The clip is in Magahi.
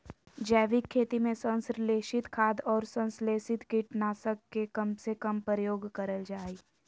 जैविक खेती में संश्लेषित खाद, अउर संस्लेषित कीट नाशक के कम से कम प्रयोग करल जा हई